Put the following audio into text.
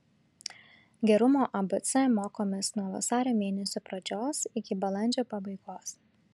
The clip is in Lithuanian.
gerumo abc mokomės nuo vasario mėnesio pradžios iki balandžio pabaigos